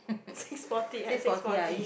six forty yeah six forty